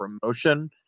promotion